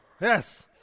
yes